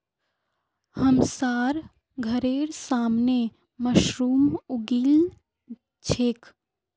हमसार घरेर सामने मशरूम उगील छेक